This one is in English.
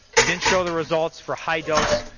it didn't show the results for high dose,